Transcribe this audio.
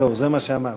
זהו, זה מה שאמרתי.